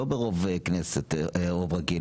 לא ברוב כנסת רוב רגיל,